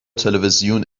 تلویزیون